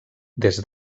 des